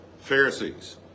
Pharisees